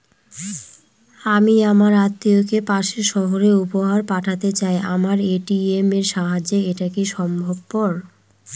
আমি আমার আত্মিয়কে পাশের সহরে উপহার পাঠাতে চাই আমার এ.টি.এম এর সাহায্যে এটাকি সম্ভবপর?